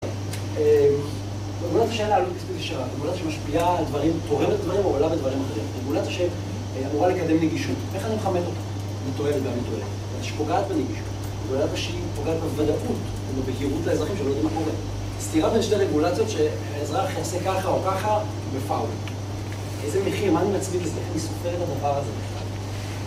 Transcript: רגולת השאלה עלות בספיק לשאלה. רגולת שמשפיעה על דברים, תורמת דברים או עולה בדברים אחרים. רגולת שהיא אמורה לקדם נגישות. איך אני מחמת אותה? אני תועלת ואני תועלת. רגולת שפוגעת בנגישות. רגולת שהיא פוגעת בבדאות ובבהירות לאזרחים שלא יודעים מה קורה. סתירה בין שתי רגולציות שהאזרח יעשה ככה או ככה בפעולה. איזה מיכי, מה אני מצמין לספר את הדבר הזה בכלל?